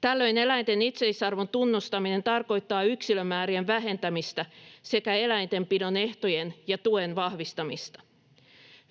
Tällöin eläinten itseisarvon tunnustaminen tarkoittaa yksilömäärien vähentämistä sekä eläintenpidon ehtojen ja tuen vahvistamista.